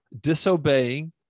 disobeying